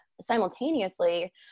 simultaneously